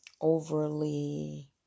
overly